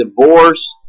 divorce